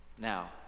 Now